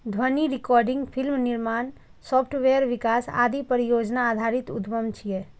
ध्वनि recording, film निर्माण, software विकास आदि परियोजना आधारित उद्यम छियै